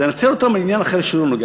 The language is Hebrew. אני רוצה לנצל אותן לעניין אחר שלא נוגע